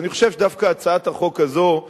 אז אני חושב שדווקא הצעת החוק הזאת,